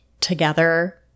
together